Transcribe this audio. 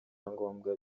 ngombwa